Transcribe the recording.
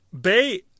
Bay